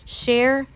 share